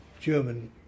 German